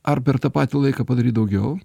ar per tą patį laiką padaryt daugiau